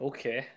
Okay